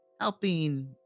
helping